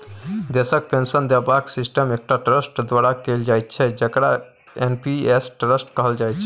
देशक पेंशन देबाक सिस्टम एकटा ट्रस्ट द्वारा कैल जाइत छै जकरा एन.पी.एस ट्रस्ट कहल जाइत छै